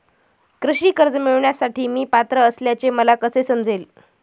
कृषी कर्ज मिळविण्यासाठी मी पात्र असल्याचे मला कसे समजेल?